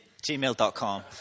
Gmail.com